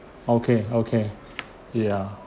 okay okay ya